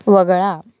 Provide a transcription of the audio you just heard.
वगळा